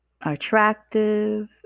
Attractive